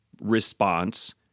response